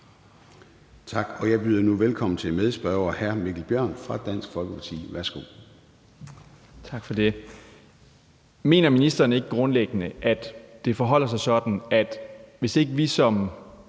Tak. Og jeg byder nu velkommen til medspørger hr. Mikkel Bjørn fra Dansk Folkeparti. Værsgo. Kl. 14:23 Mikkel Bjørn (DF): Tak for det. Mener ministeren ikke grundlæggende, at det forholder sig sådan, at hvis ikke vi som